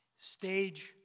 Stage